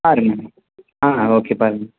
பாருங்க ஆ ஓகே பாருங்க